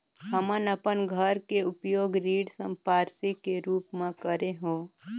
हमन अपन घर के उपयोग ऋण संपार्श्विक के रूप म करे हों